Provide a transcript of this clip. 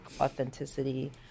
authenticity